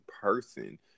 person